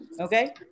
Okay